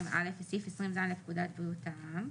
ו-(2)(א) וסעיף 20ז לפקודת בריאות העם,